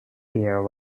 there